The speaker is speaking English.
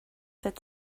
that